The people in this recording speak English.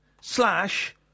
slash